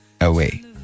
away